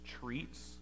treats